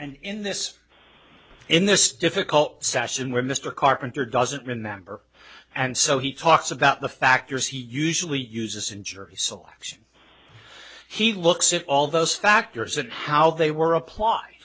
and in this in this difficult session where mr carpenter doesn't remember and so he talks about the factors he usually uses in jury selection he looks at all those factors at how they were appl